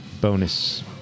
bonus